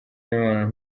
n’imibonano